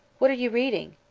what are you reading?